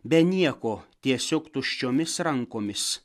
be nieko tiesiog tuščiomis rankomis